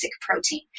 protein